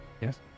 yes